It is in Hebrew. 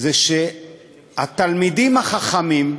זה שהתלמידים החכמים ששייכים,